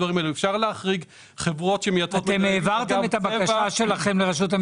העברתם את הבקשה שלכם לרשות המסים?